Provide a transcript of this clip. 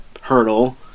hurdle